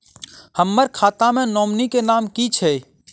हम्मर खाता मे नॉमनी केँ नाम की छैय